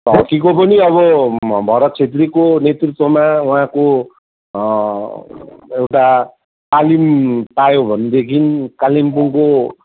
हक्कीको पनि अब भरत छेत्रीको नेतृत्वमा उहाँको एउटा तालिम पायो भनेदेखि कालिम्पोङको